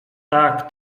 tak